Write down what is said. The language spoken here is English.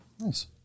Nice